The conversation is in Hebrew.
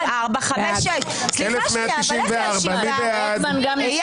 1,196 מי בעד?